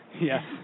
Yes